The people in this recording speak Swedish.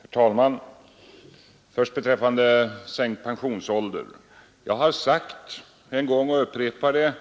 Herr talman! Först beträffande sänkt pensionsålder. Jag har sagt en gång tidigare och jag upprepar det, att